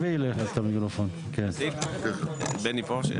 בני פה?